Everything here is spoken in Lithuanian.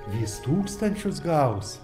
vis tūkstančius gausi